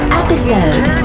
episode